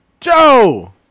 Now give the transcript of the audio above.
Joe